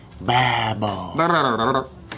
babble